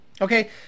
Okay